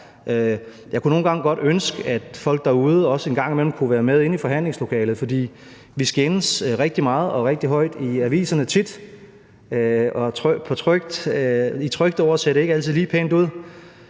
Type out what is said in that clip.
Jeg kunne nogle gange godt ønske, at folk derude også en gang imellem kunne være med inde i forhandlingslokalet, for vi skændes tit rigtig meget og rigtig højt i aviserne – og på tryk ser det ikke altid lige pænt ud